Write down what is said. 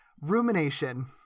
rumination